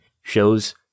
shows